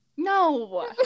No